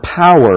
power